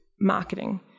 marketing